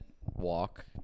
walk